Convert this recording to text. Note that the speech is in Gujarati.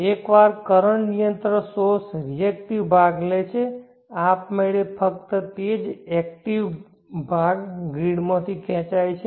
એકવાર કરંટ નિયંત્રણ સોર્સ રિએકટીવભાગ લે છે આપમેળે ફક્ત તે જ એકટીવ ભાગ ગ્રીડમાંથી ખેંચાય છે